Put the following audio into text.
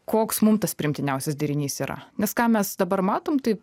koks mum tas priimtiniausias derinys yra nes ką mes dabar matom tai